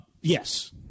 Yes